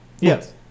yes